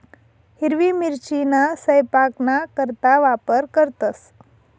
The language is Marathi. हिरवी मिरचीना सयपाकना करता वापर करतंस